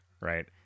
right